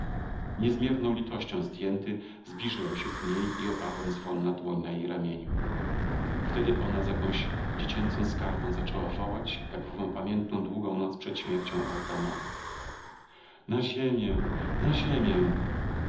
niezmierną litością zdjęty zbliżyłem się ku niej i oparłem zwolna dłoń na jej ramieniu wtedy ona z jakąś dziecięcą skargą zaczęła wołać jak w ową pamiętną długą noc przed śmiercią otamora na ziemię na ziemię